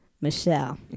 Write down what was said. Michelle